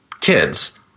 kids